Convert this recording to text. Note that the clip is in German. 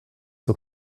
zur